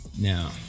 Now